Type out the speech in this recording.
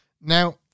Now